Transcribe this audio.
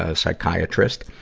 ah psychiatrist.